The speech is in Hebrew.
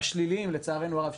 השליליים לצערנו הרב,